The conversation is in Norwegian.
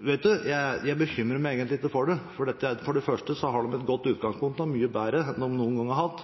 bekymrer jeg meg egentlig ikke for. For det første har de et godt utgangspunkt – mye bedre enn de noen gang har hatt.